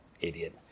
idiot